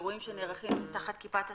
אירועים שנערכים תחת כיפת השמיים.